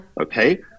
okay